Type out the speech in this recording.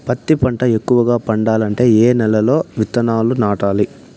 పత్తి పంట ఎక్కువగా పండాలంటే ఏ నెల లో విత్తనాలు నాటాలి?